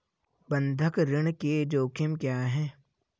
बंधक ऋण के जोखिम क्या हैं?